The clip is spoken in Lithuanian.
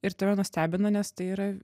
ir tave nustebina nes tai yra